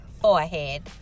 forehead